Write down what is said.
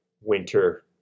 winter